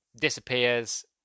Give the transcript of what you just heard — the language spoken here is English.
disappears